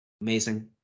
Amazing